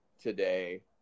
today